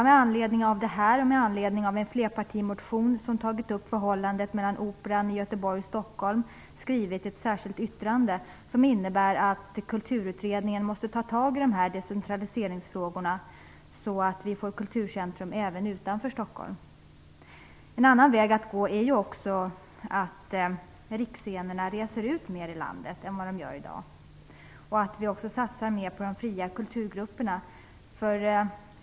Med anledning av detta och med anledning av en flerpartimotion som tagit upp förhållandet mellan Operan i Göteborg och Stockholm har jag skrivit ett särskilt yttrande som innebär att Kulturutredningen måste ta tag i dessa decentraliseringsfrågor så att vi får kulturcentrum även utanför Stockholm. En annan väg är ju också att riksscenerna reser ut mer i landet än vad de gör i dag och att vi också satsar mer på de fria kulturgrupperna.